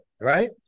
Right